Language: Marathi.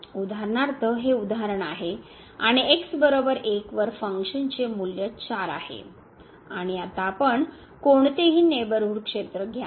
उदाहरणार्थ हे उदाहरण आहे आणि x 1 वर फंक्शनचे मूल्य 4 आहे आणि आता आपण कोणतेही नेबरहूड क्षेत्र घ्या